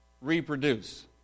reproduce